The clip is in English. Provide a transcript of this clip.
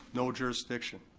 no jurisdiction.